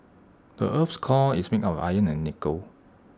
the Earth's core is made of iron and nickel